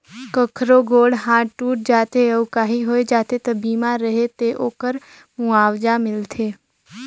कखरो गोड़ हाथ टूट जाथे अउ काही होय जाथे त बीमा रेहे ले ओखर मुआवजा मिलथे